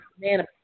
man